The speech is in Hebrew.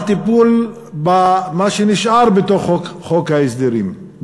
הטיפול במה שנשאר בתוך חוק ההסדרים,